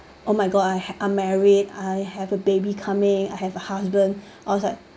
oh my god I I'm married I have a baby coming I have a husband I was like